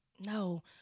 No